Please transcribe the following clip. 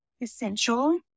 essential